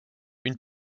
une